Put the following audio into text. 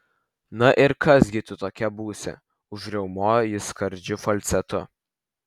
na ir kas gi tu tokia būsi užriaumojo jis skardžiu falcetu